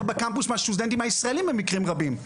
בקמפוס מהסטודנטים הישראלים במקרים רבים.